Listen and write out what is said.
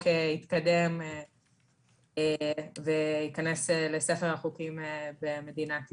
יתקדם וייכנס לספר החוקים במדינת ישראל.